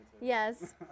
Yes